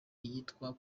iyitwa